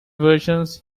versions